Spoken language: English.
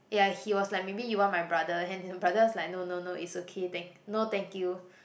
ya he was like maybe you want my brother and then the brother was like no no no it's okay tha~ no thank you